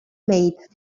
made